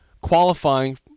qualifying